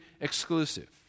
exclusive